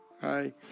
Hi